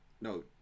No